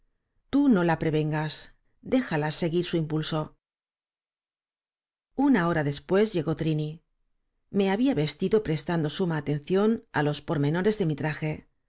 ú no la prevengas déjala seguir su impulso una hora después llegó trini me había vestido prestando suma atención á los pormenores de mi traje